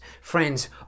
Friends